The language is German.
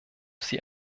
sie